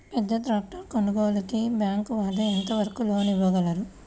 పెద్ద ట్రాక్టర్ కొనుగోలుకి బ్యాంకు వాళ్ళు ఎంత వరకు లోన్ ఇవ్వగలరు?